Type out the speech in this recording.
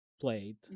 played